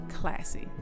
classy